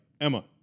Emma